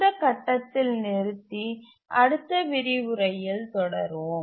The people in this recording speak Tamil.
இந்த கட்டத்தில் நிறுத்தி அடுத்த விரிவுரையில் தொடருவோம்